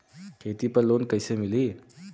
खेती पर लोन कईसे मिली?